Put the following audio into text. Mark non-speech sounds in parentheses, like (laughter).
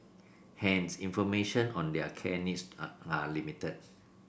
hence information on their care needs (unintelligible) are are limited